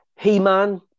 He-Man